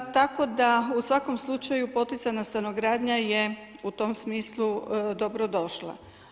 Tako da u svakom slučaju poticana stanogradnja je u tom smislu dobro došla.